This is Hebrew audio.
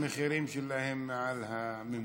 המחירים שלהם מעל הממוצע.